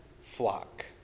flock